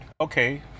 okay